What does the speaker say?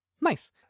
Nice